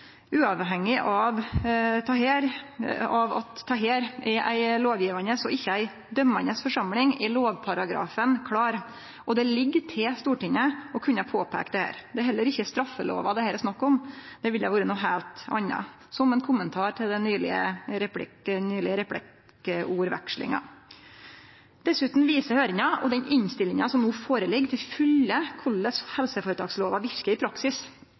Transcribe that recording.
Uavhengig av at dette er ei lovgjevande og ikkje ei dømande forsamling, er lovparagrafen klar, og det ligg til Stortinget å kunne påpeike dette. Det er heller ikkje straffelova det her er snakk om, det ville vore noko heilt anna – som ein kommentar til replikkvekslinga nyleg. Dessutan viser høyringa og den innstillinga som no ligg føre, til fulle korleis helseføretakslova verkar i praksis.